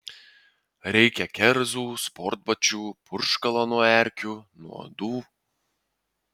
reikia kerzų sportbačių purškalo nuo erkių nuo uodų